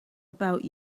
about